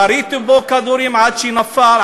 יריתי בו כדורים עד שנפל,